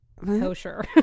Kosher